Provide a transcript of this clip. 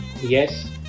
Yes